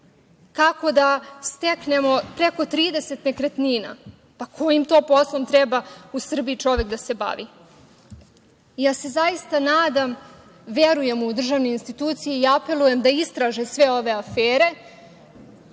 kako da steknemo preko 30 nekretnina. Pa kojim to poslom treba čovek u Srbiji da se bavi? Zaista se nadam, verujem u državne institucije i apelujem da istraže sve ove afere,